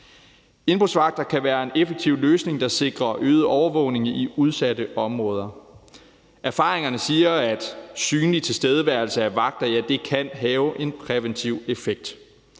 Indbrudsvagter kan være en effektiv løsning, der sikrer øget overvågning i udsatte områder. Erfaringerne siger, at synlig tilstedeværelse af vagter kan have en præventiv effekt.